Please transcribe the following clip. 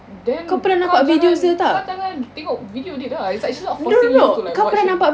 then kau jangan kau jangan tengok video dia lah it's like she's not forcing you to watch her video